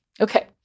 Okay